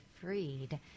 freed